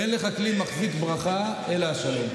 אין לך כלי מחזיק ברכה אלא השלם.